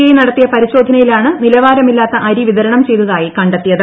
I നടത്തിയ പരിശോധനയിലാണ് നിലവാരമില്ലാത്ത അരി വിതരണം ചെയ്തതായി കണ്ടെത്തിയത്